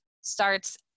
starts